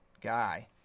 guy